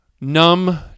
numb